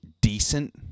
decent